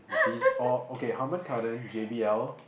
these all okay Harman-Cardon J_B_L